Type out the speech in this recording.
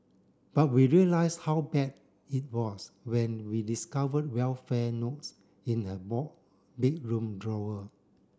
but we realise how bad it was when we discovered well fare notes in her bedroom drawer